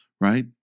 right